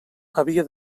havia